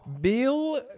Bill